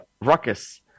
ruckus